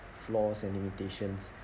flaws and limitations